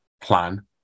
plan